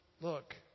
look